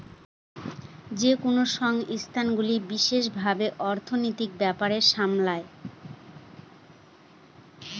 যেকোনো সংস্থাগুলো বিশেষ ভাবে অর্থনীতির ব্যাপার সামলায়